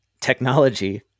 technology